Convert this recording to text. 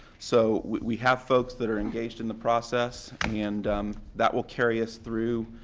so we have folks that are engaged in the process and that will carry us through